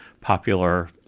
popular